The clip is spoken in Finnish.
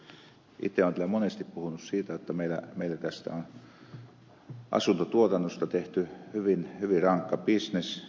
itse olen täällä monesti puhunut siitä jotta meillä tästä asuntotuotannosta on tehty hyvin hyvin rankka bisnes